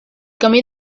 camí